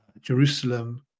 Jerusalem